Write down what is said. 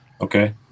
Okay